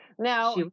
Now